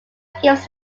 gives